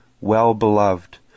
well-beloved